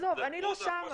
אני לא שם.